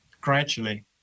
gradually